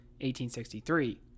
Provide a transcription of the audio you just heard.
1863